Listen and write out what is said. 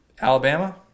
Alabama